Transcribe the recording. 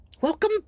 Welcome